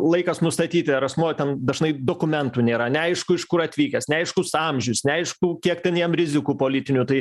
laikas nustatyti ar asmuo ten dažnai dokumentų nėra neaišku iš kur atvykęs neaiškus amžius neaišku kiek ten jam rizikų politinių tai